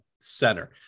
center